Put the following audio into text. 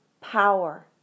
Power